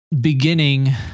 beginning